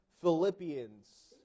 Philippians